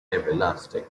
everlasting